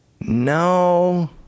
No